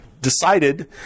Decided